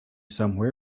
somewhere